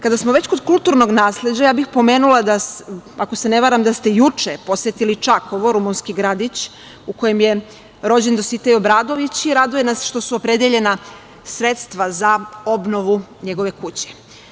Kada smo već kod kulturnog nasleđa ja bih pomenula, ako se ne varam da ste juče posetili Čakovo, rumunski grad u kojem je rođen Dositej Obradović i raduje nas što su opredeljena sredstva za obnovu njegove kuće.